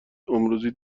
امروزی